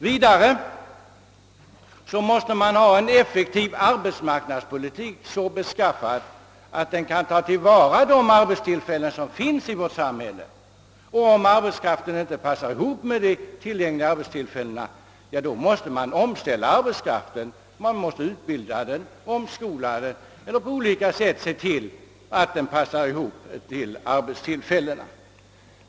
Vidare måste man ha en effektiv arbetsmarknadspolitik, så beskaffad att den kan ta till vara de arbetstillfällen som finns i vårt samhälle; och om arbetskraften inte passar ihop med de tillgängliga arbetstillfällena, ja, då måste man antingen omskola och omställa arbetskraften eller på andra sätt se till att den passar ihop med arbetstillfällena.